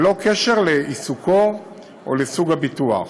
ללא קשר לעיסוקו או לסוג הביטוח.